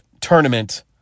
tournament